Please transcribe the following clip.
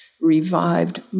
revived